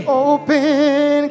open